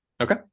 Okay